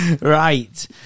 Right